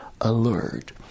alert